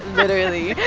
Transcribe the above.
literally